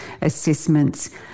assessments